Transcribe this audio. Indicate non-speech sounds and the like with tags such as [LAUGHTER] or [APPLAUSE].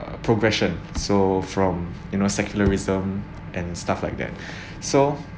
progression so from you know secularism and stuff like that [BREATH] so